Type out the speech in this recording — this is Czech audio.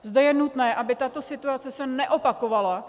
Zde je nutné, aby se tato situace neopakovala.